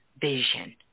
vision